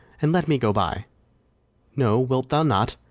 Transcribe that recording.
and let me go by no, wilt thou not?